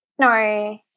No